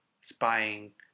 spying